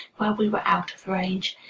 where we were out of range.